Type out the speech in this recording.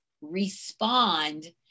respond